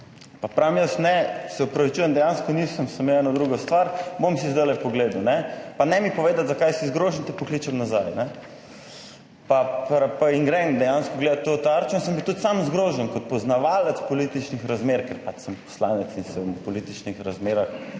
pa pravim, jaz ne, se opravičujem, dejansko nisem, sem imel eno drugo stvar, bom si zdajle pogledal, ne, pa ne mi povedati, zakaj si zgrožen, te pokličem nazaj, ne. Pa, in grem dejansko gledati to tarčo in sem bil tudi sam zgrožen kot poznavalec političnih razmer, ker pač sem poslanec in se v političnih razmerah